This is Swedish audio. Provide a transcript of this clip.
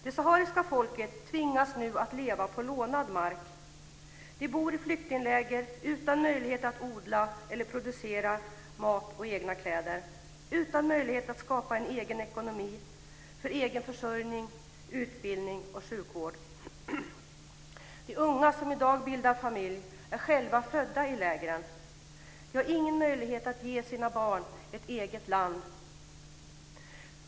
Det sahariska folket tvingas nu att leva på lånad mark. De bor i flyktingläger utan möjlighet att odla eller producera mat och egna kläder och utan möjlighet att skapa en egen ekonomi för egenförsörjning, utbildning och sjukvård. De unga som i dag bildar familj är själva födda i lägren. De har ingen möjlighet att ge sina barn ett eget land.